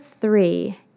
three